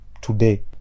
today